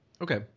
Okay